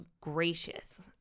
gracious